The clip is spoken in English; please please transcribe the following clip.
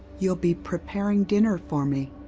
you'll be preparing dinner for me.